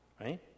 right